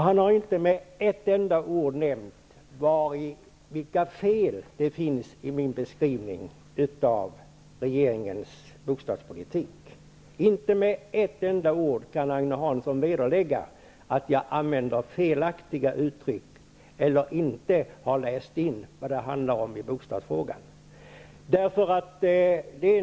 Han har inte med ett enda ord nämnt vilka fel det finns i min beskrivning av regeringens bostadspolitik. Agne Hansson kan inte med ett enda ord verifiera att jag använder felaktiga uttryck eller att jag inte har läst in vad det handlar om i bostadsfrågan.